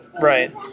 Right